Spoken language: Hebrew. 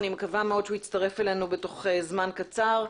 אני מקווה מאוד שיצטרף אלינו בתוך זמן קצר,